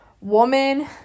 woman